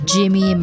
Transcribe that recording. Jimmy